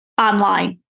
online